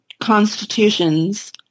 constitutions